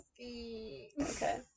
Okay